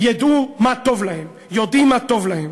ידעו מה טוב להם, יודעים מה טוב להם.